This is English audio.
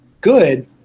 good